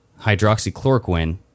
hydroxychloroquine